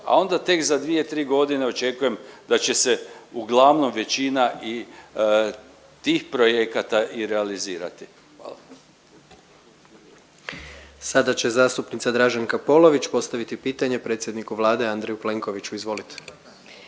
a onda tek za dvije, tri godine očekujem da će se uglavnom većina i tih projekata i realizirati. Hvala. **Jandroković, Gordan (HDZ)** Sada će zastupnica Draženka Polović postaviti pitanje predsjedniku Vlade Andreju Plenkoviću. Izvolite.